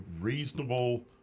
reasonable